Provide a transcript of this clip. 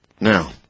Now